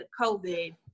COVID